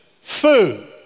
food